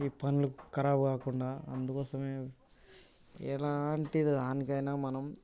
ఈ పండ్లు ఖరాబ్ కాకుండా అందుకోసమే ఎలాంటి దానికైనా మనం